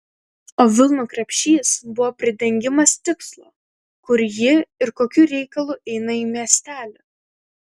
o vilnų krepšys buvo pridengimas tikslo kur ji ir kokiu reikalu eina į miestelį